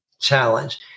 challenge